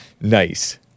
nice